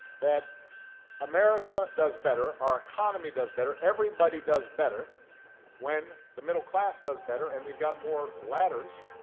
that america does better, our economy does better, everybody does better when the middle class does better and we've got more ladders